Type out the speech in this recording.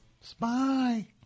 Spy